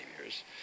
years